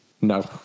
No